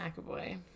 McAvoy